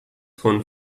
von